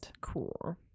Cool